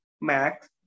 MAX